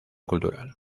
cultural